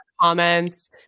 comments